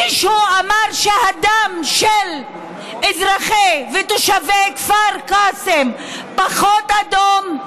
מישהו אמר שהדם של אזרחי ותושבי כפר קאסם פחות אדום?